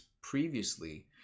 previously